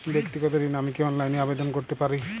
ব্যাক্তিগত ঋণ আমি কি অনলাইন এ আবেদন করতে পারি?